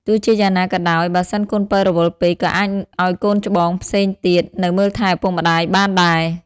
ទោះជាយ៉ាងណាក៏ដោយ បើសិនកូនពៅរវល់ពេក ក៏អាចឲ្យកូនច្បងផ្សេងទៀត នៅមើលថែឪពុកម្តាយបានដែរ។